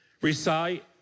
recite